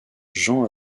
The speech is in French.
jean